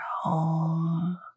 home